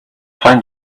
find